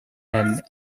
and